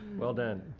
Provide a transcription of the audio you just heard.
well done.